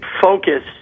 focus